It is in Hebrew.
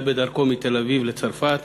שהיה בדרכו מתל-אביב לצרפת